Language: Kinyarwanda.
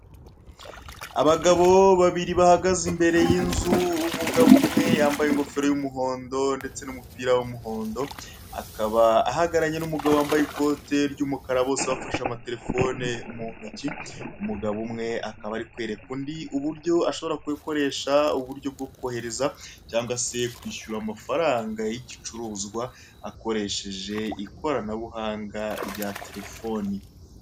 Abagabo babiri bahagaze imbere y'inzu, umugabo umwe yambaye ingofero y'umuhondo ndetse n'umupira w'umuhondo, akaba ahagararanye n'umugabo wambaye ikoti ry'umukara bose bafashe amatelefoni mu ntoki, umugabo umwe akaba ari kwereka undi uburyo ashobora gukoresha uburyo bwo kohereza cyangwa se kwishyura amafaranga y'igicuruzwa akoresheje ikoranabuhanga rya telefoni.